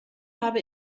habe